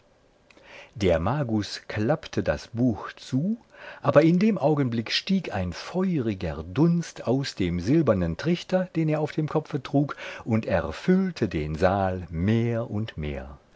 der magus klappte das buch zu aber in dem augenblick stieg ein feuriger dunst aus dem silbernen trichter den er auf dem kopfe trug und erfüllte den saal mehr und mehr